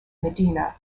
medina